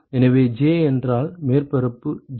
எனவே j என்றால் மேற்பரப்பு j